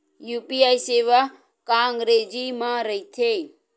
UPI सेवा का अंग्रेजी मा रहीथे?